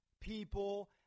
people